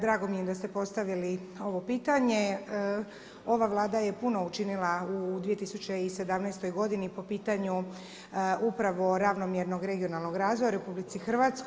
Drago mi je da ste postavili ovo pitanje. ova Vlada je puno učinila u 2017. godini po pitanju upravo ravnomjernog regionalnog razvoja u RH.